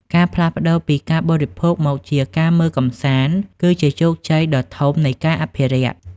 ការផ្លាស់ប្តូរពី "ការបរិភោគ" មកជា "ការមើលកម្សាន្ត" គឺជាជោគជ័យដ៏ធំនៃការអភិរក្ស។